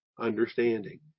understanding